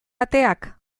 ateak